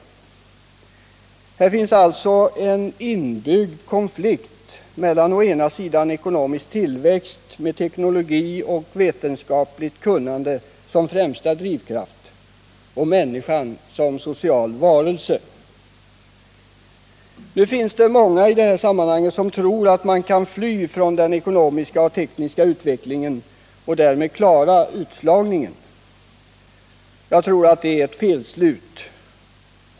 Här finns en inbyggd konflikt mellan å ena sidan ekonomisk tillväxt med teknologi och vetenskapligt kunnande som främsta drivkraft och å andra sidan människan som social varelse. Det finns många som i det här sammanhanget tror att man kan fly från den ekonomiska och tekniska utvecklingen och därmed klara utslagningen. Jag tror att det är en felaktig slutsats.